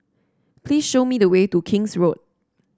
please show me the way to King's Road